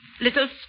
Little